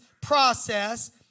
process